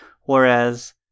whereas